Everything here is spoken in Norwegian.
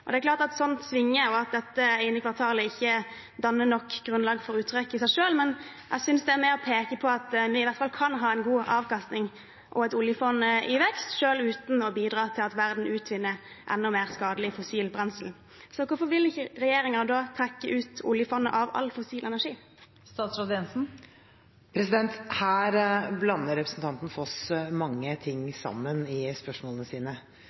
Det er klart at slike ting svinger, og at dette ene kvartalet ikke danner nok grunnlag for uttrekk i seg selv, men jeg synes i hvert fall det er med og peker på at vi kan ha en god avkastning og et oljefond i vekst, selv uten å bidra til at verden utvinner enda mer skadelig fossilt brensel. Hvorfor vil ikke da regjeringen trekke oljefondet ut av all fossil energi? Her blander representanten Skaugvoll Foss mange ting sammen i spørsmålene sine.